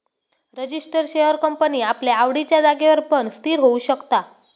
register share company आपल्या आवडिच्या जागेर पण स्थिर होऊ शकता